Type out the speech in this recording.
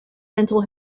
mental